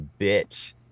bitch